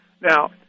Now